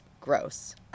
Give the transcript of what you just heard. gross